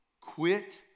Quit